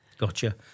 Gotcha